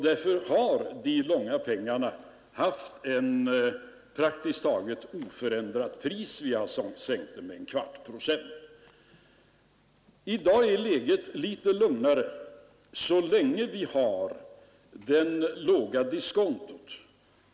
Därför har de långa pengarna haft ett praktiskt taget oförändrat pris — vi har sänkt det med en kvarts procent. I dag är läget litet lugnare, så länge vi har det låga diskontot.